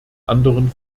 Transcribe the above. anderen